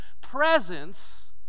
presence